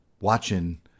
watching